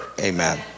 Amen